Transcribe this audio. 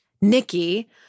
Nikki